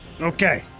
Okay